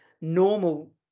normal